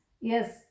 Yes